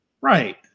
Right